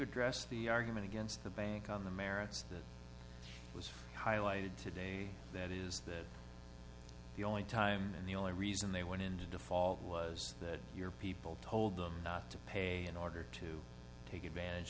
address the argument against the bank on the merits that was highlighted today and that is that the only time the only reason they went into default was that your people told them not to pay in order to take advantage